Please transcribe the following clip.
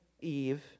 Eve